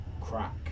crack